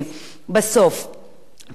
כשיש להם באמת ארגון יציג וכדומה,